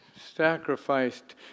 sacrificed